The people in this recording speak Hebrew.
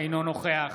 אינו נוכח